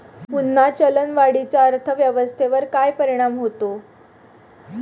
पुन्हा चलनवाढीचा अर्थव्यवस्थेवर काय परिणाम होतो